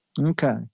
Okay